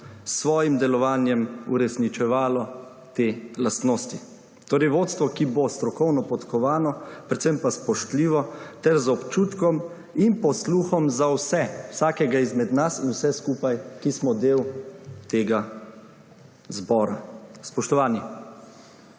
s svojim delovanjem uresničevalo te lastnosti. Torej, vodstvo, ki bo strokovno podkovano, predvsem pa spoštljivo ter z občutkom in posluhom za vse, vsakega izmed nas in vse skupaj, ki smo del tega zbora. Spoštovani,